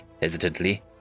hesitantly